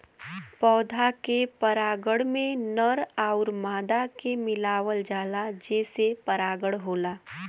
पौधा के परागण में नर आउर मादा के मिलावल जाला जेसे परागण होला